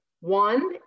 One